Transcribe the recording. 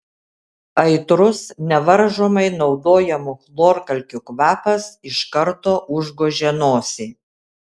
aitrus nevaržomai naudojamų chlorkalkių kvapas iš karto užgožė nosį